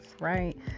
right